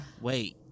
Wait